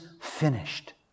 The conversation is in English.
finished